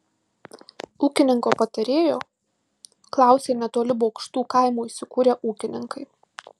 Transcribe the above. ūkininko patarėjo klausė netoli bokštų kaimo įsikūrę ūkininkai